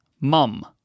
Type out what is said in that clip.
Mum